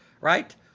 right